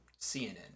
CNN